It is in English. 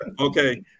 Okay